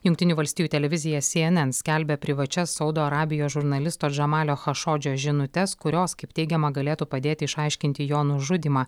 jungtinių valstijų televizija cnn skelbia privačias saudo arabijos žurnalisto džamalio chašodžio žinutes kurios kaip teigiama galėtų padėti išaiškinti jo nužudymą